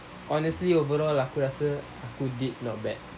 honestly overall aku rasa aku did not bad